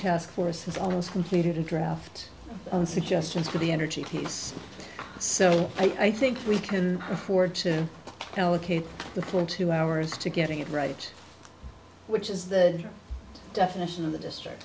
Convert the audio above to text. task force has almost completed a draft and suggestions for the energy piece so i think we can afford to allocate the for two hours to getting it right which is the definition of the district